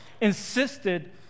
insisted